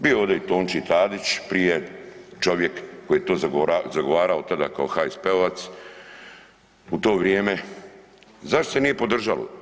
Bio je ovdje i Tonči Tadić prije čovjek koji je to zagovarao kao HSP-ovac, u to vrijeme, zašto se nije podržalo?